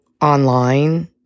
online